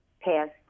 passed